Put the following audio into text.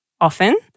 often